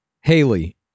Haley